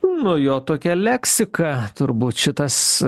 nu jo tokia leksika turbūt šitas